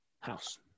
house